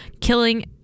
killing